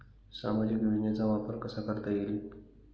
सामाजिक योजनेचा वापर कसा करता येईल?